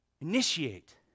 Initiate